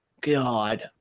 god